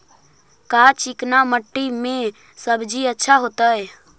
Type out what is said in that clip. का चिकना मट्टी में सब्जी अच्छा होतै?